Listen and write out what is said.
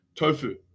Tofu